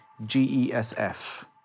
GESF